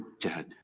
dead